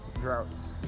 droughts